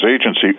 Agency